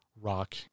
rock